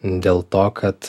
dėl to kad